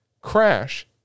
crash